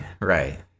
right